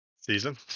season